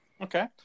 Okay